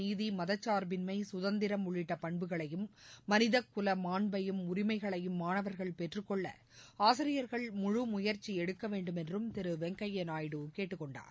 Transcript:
நீதி மதச்சார்பின்மை சுதந்திரம் உள்ளிட்ட பண்புகளையும் மனித குல மாண்பையும் உரிமைகளையும் மாணவர்கள் பெற்றுக்கொள்ள ஆசிரியர்கள் முழு முயற்சி எடுக்கவேண்டும் என்றும் திரு வெங்கைய்யா நாயுடு கேட்டுக்கொண்டார்